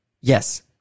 Yes